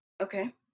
Okay